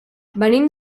venim